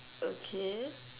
okay